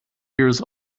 years